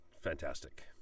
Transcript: Fantastic